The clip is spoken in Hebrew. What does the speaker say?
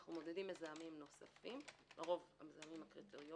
אנחנו מודדים מזהמים נוספים לרוב המזהמים הקריטריונים.